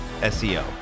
SEO